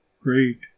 great